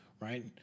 right